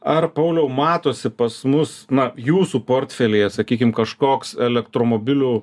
ar pauliau matosi pas mus na jūsų portfelyje sakykim kažkoks elektromobilių